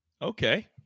Okay